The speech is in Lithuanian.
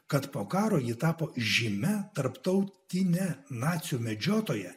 kad po karo ji tapo žymia tarptautine nacių medžiotoja